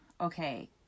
okay